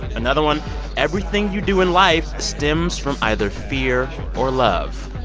another one everything you do in life stems from either fear or love.